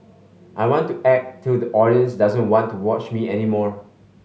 I want to act till the audience doesn't want to watch me any more